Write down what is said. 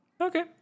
Okay